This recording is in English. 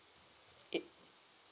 it